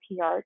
PR